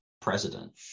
president